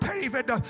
David